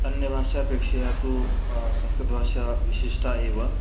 अन्यभाषा अपेक्षया तु संस्कृतभाषा विशिष्टा एव